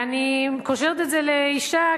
ואני קושרת את זה ליום האשה,